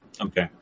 okay